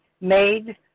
made